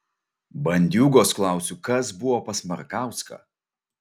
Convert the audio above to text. bandiūgos klausiu kas buvo pas markauską